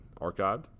archived